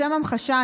לשם המחשה,